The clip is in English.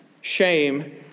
shame